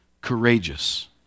courageous